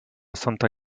santa